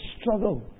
struggle